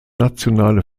nationale